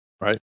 Right